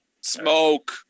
Smoke